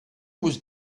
was